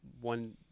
one